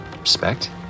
Respect